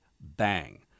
bang